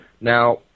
Now